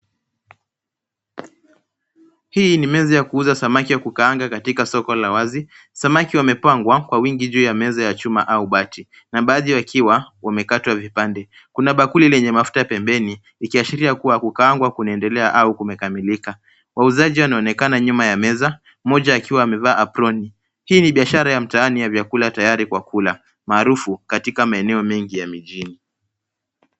Hii ni meza ya kuuza samaki ya kukaanga katika soko la wazi. Samaki wamepangwa, kwa wingi juu ya meza ya chuma au bati. Na baadhi wakiwa, wamekatwa vipande. Kuna bakuli lenye mafuta pembeni, ikiashiria kuwa kukaangwa kunaendelea au kumekamilika. Wauzaji wanaonekana nyuma ya meza, mmoja akiwa aamevaa aproni. Hii ni biashara ya mtaani ya vyakula tayari kwa kula, maarufu, katika maeneo mengi ya mijini.